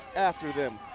after him.